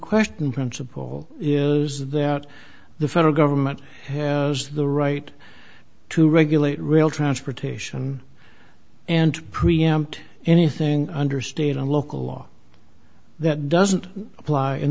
unquestioned principle is that out the federal government has the right to regulate rail transportation and preempt anything under state and local law that doesn't apply in